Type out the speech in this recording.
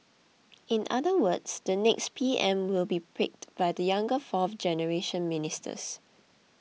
in other words the next P M will be picked by the younger fourth generation ministers